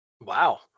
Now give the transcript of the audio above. Wow